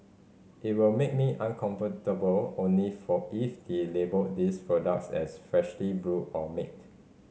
it will make me uncomfortable only for if they label these products as freshly brewed or made